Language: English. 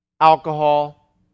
alcohol